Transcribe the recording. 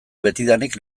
betidanik